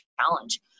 challenge